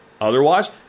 Otherwise